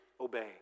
obeying